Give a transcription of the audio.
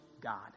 god